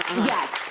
yes,